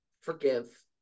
forgive